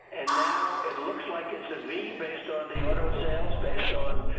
and now it looks like it's a v based on the auto sales, based on,